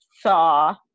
saw